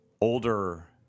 older